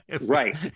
right